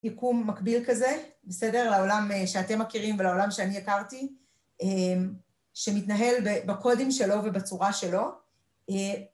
יקום מקביל כזה, בסדר? לעולם שאתם מכירים ולעולם שאני הכרתי, אמ.. שמתנהל בקודם שלו ובצורה שלו, אה..